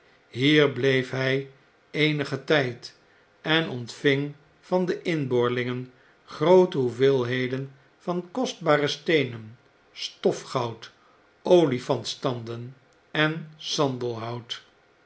hier bleef hij eenigen tyd en ontving van de inboorlingen groote hoeveelheden van kostbare steenen stofgoud olifantstanden en samielhout